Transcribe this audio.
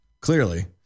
Clearly